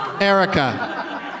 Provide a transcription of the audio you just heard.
Erica